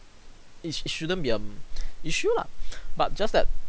it it shouldn't be um issue lah but just that